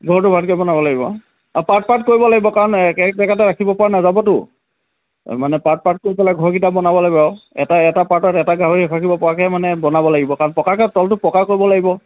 ঘৰটো ভালকে বনাব লাগিব আৰু পাৰ্ট পাৰ্ট পাঠ কৰিব লাগিব কাৰণে একে জেগাতে ৰাখিব পৰা নাযাবতো মানে পাৰ্ট পাৰ্ট কৰি পেলাই ঘৰকিটা বনাব লাগিব আৰু আৰু এটা এটা পাৰ্টত এটা গাহৰি ৰাাখিব পৰাকেহে মানে বনাব লাগিব কাৰণ পকাকে তলটো পকা কৰিব লাগিব